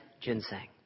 ginseng